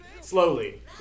slowly